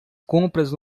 compras